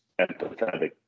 empathetic